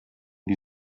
die